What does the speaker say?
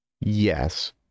Yes